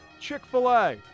Chick-fil-A